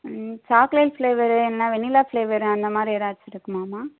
ம் chocolate flavour என்ன vanilla flavour அந்த மாதிரி ஏதாச்சும் இருக்குமாம்மா